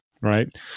right